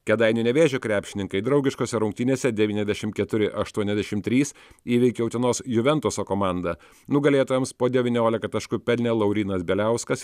kėdainių nevėžio krepšininkai draugiškose rungtynėse devyniasdešimt keturi aštuoniasdešimt trys įveikė utenos juventuso komandą nugalėtojams po devyniolika taškų pelnė laurynas beliauskas